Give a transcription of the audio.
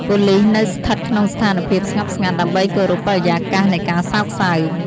ប៉ូលិសនៅស្ថិតក្នុងស្ថានភាពស្ងប់ស្ងាត់់ ដើម្បីគោរពបរិយាកាសនៃការសោកសៅ។